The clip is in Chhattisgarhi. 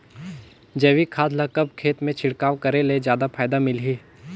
जैविक खाद ल कब खेत मे छिड़काव करे ले जादा फायदा मिलही?